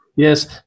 Yes